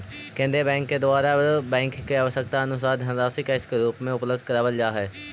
केंद्रीय बैंक के द्वारा बैंक के आवश्यकतानुसार धनराशि कैश के रूप में उपलब्ध करावल जा हई